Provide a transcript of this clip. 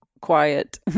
quiet